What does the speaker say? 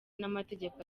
n’amategeko